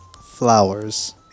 flowers